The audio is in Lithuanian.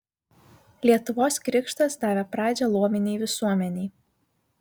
lietuvos krikštas davė pradžią luominei visuomenei